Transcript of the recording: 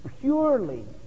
purely